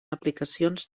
aplicacions